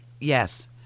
yes